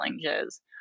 challenges